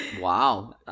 wow